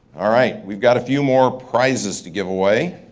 all right, we've got a few more prizes to give away.